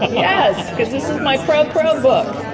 yes, because this is my pro-crow book.